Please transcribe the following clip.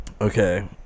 Okay